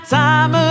time